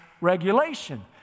regulation